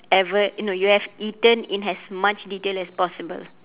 ever no you have eaten in as much detail as possible